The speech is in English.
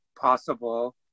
possible